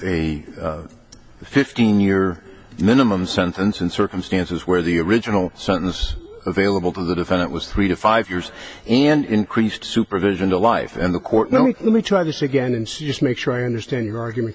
a fifteen year minimum sentence in circumstances where the original sentence available to the defendant was three to five years and increased supervision to life and the court no let me try this again and just make sure i understand your argument